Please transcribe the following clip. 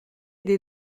des